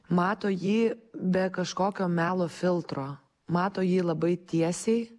mato jį be kažkokio melo filtro mato jį labai tiesiai